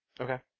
okay